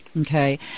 Okay